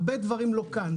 הרבה דברים לא כאן.